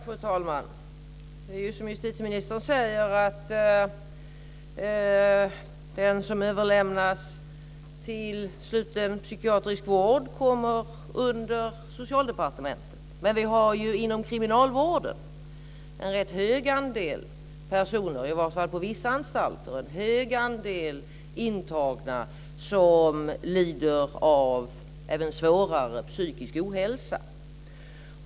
Fru talman! Det är som justitieministern säger att den som överlämnas till sluten psykiatrisk vård kommer under Socialdepartementet. Men vi har ju inom kriminalvården en rätt stor andel personer, i alla fall på vissa anstalter, som lider av även svårare psykisk ohälsa.